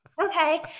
okay